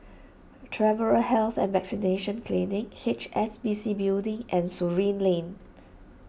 Travellers' Health and Vaccination Clinic H S B C Building and Surin Lane